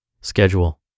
Schedule